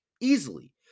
easily